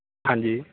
ਹਾਂਜੀ